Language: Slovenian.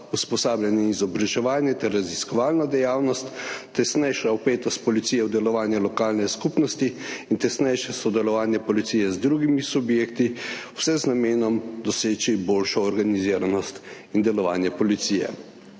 usposabljanje in izobraževanje ter raziskovalna dejavnost, tesnejša vpetost policije v delovanje lokalne skupnosti in tesnejše sodelovanje policije z drugimi subjekti, vse z namenom doseči boljšo organiziranost in delovanje policije.